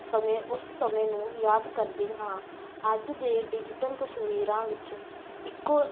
ਸਮੇਂ ਉਸ ਸਮੇਂ ਨੂੰ ਯਾਦ ਕਰਦੀ ਹਾਂ ਅੱਜ ਦੇ ਡਿਜੀਟਲ ਤਸਵੀਰਾਂ ਵਿੱਚ ਇੱਕੋ